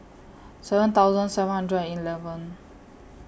seven thousand seven hundred eleven